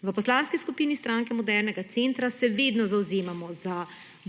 V Poslanski skupini Stranke modernega centra se vedno zavzemamo za